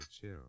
chill